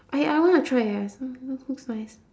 I I want to try eh looks nice